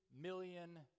million